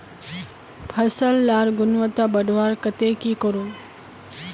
फसल लार गुणवत्ता बढ़वार केते की करूम?